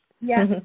Yes